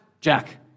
Jack